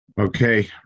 okay